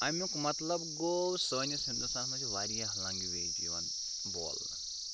اَمیُک مطلب گوٚو سٲنِس ہِندوستانَس منٛز واریاہ لنٛگویج یِوان بولنہٕ